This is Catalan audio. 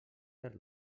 per